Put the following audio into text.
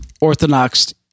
Orthodox